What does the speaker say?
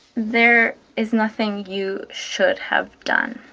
there is nothing you should have done.